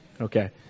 Okay